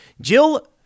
Jill